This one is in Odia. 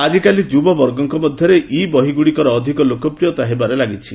ଆଜିକାଲି ଯୁବବର୍ଗଙ୍କ ମଧ୍ୟରେ ଇ ବହିଗୁଡ଼ିକ ଅଧିକ ଲୋକପ୍ରିୟ ହେବାରେ ଲାଗିଛି